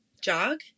jog